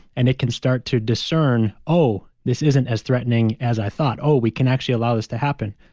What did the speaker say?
and it can start to discern, oh, this isn't as threatening as i thought. oh, we can actually allow this to happen.